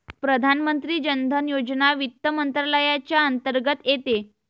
प्रधानमंत्री जन धन योजना वित्त मंत्रालयाच्या अंतर्गत येते